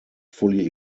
fully